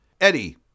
Eddie